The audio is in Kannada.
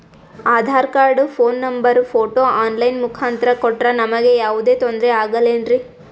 Aadhaar card, phone number, photo online ಮುಖಾಂತ್ರ ಕೊಟ್ರ ನಮಗೆ ಯಾವುದೇ ತೊಂದ್ರೆ ಆಗಲೇನ್ರಿ?